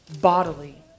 bodily